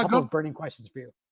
of burning questions for you.